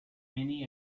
many